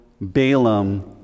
Balaam